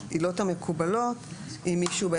העילות המקובלות אם מישהו,